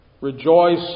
Rejoice